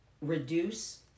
reduce